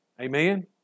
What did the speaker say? Amen